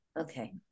Okay